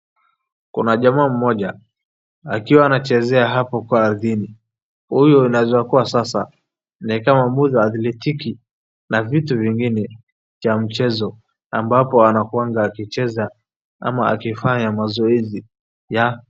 Kuna jamaa mmoja akiwa anachezea hapo kwa ardhini. Huyu inaweza kua sasa ni kama mtu athletiki na vitu vingine vya mchezo ambapo anakuanga akicheza ama akifanya mazoezi ya.